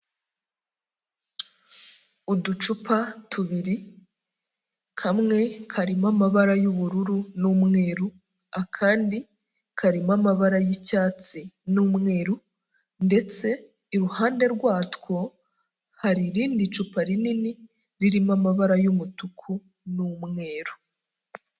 Uducupa tubiri kamwe karimo amabara y'ubururu n'umweru, akandi karimo amabara y'icyatsi n'umweru ndetse iruhande rwatwo hari irindi cupa rinini ririmo amabara y'umutuku n'umweru.